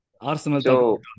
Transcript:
Arsenal